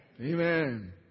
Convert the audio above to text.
Amen